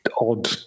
odd